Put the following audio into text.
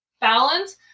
balance